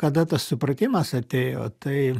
kada tas supratimas atėjo tai